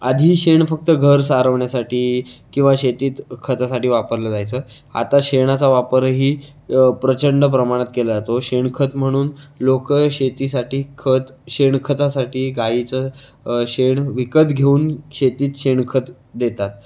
आधी शेण फक्त घर सारवण्यासाठी किंवा शेतीत खतासाठी वापरलं जायचं आता शेणाचा वापरही प्रचंड प्रमाणात केला जातो शेणखत म्हणून लोकं शेतीसाठी खत शेणखतासाठी गायीचं शेण विकत घेऊन शेतीत शेणखत देतात